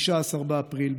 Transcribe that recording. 19 באפריל,